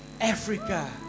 Africa